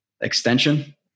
extension